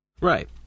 Right